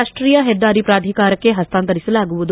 ರಾಷ್ಷೀಯ ಹೆದ್ದಾರಿ ಪ್ರಾಧಿಕಾರಕ್ಷೆ ಹಸ್ತಾಂತರಿಸಲಾಗುವುದು